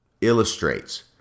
illustrates